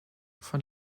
von